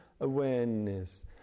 awareness